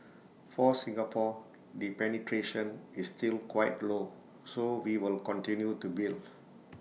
for Singapore the penetration is still quite low so we will continue to build